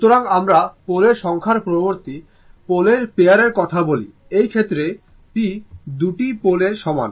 সুতরাং আমরা পোলের সংখ্যার পরিবর্তে পোলের পেয়ার র কথা বলি এই ক্ষেত্রে p 2টি পোলের সমান